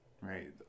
right